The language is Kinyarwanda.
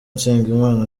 nsengimana